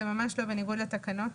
זה ממש לא בניגוד לתקנות.